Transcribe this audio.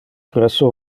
presso